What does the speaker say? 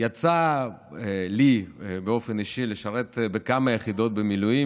יצא לי באופן אישי לשרת בכמה יחידות במילואים.